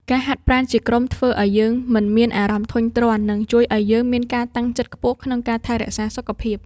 ការហាត់ប្រាណជាក្រុមធ្វើឱ្យយើងមិនមានអារម្មណ៍ធុញទ្រាន់ និងជួយឱ្យយើងមានការតាំងចិត្តខ្ពស់ក្នុងការថែរក្សាសុខភាព។